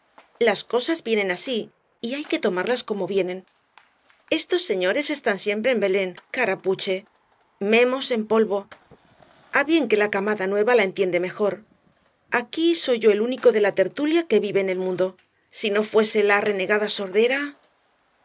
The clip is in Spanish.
las cosas vienen así y hay que tomarlas como vienen estos señores están siempre en belén carapuche memos en polvo a bien que la camada nueva la entiende mejor aquí soy yo el único de la tertulia que vive en el mundo si no fuese la arrenegada sordera